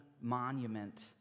monument